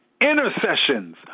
intercessions